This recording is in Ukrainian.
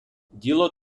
діло